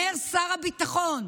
אומר שר הביטחון.